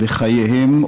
וחייהם,